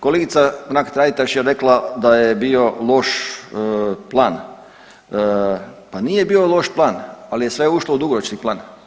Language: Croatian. Kolegica Mrak-Taritaš je rekla da je bio loš plan pa nije bio loš plan, ali je sve ušlo u dugoročni plan.